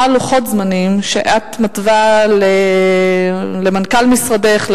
מה לוחות הזמנים שאת מתווה למנכ"ל משרדך,